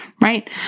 right